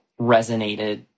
resonated